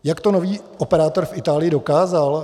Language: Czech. Jak to nový operátor v Itálii dokázal?